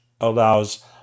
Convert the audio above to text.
Allows